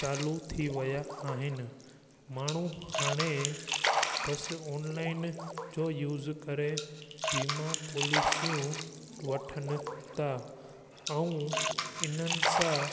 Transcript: चालू थी विया आहिनि माण्हू हाणे बसि ऑनलाइन जो यूस करे वीमा पॉलिसियूं वठनि था ऐं इन्हनि सां